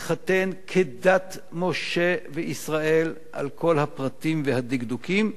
יתחתן כדת משה וישראל על כל הפרטים והדקדוקים,